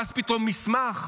ואז פתאום מסמך,